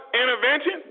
intervention